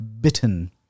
bitten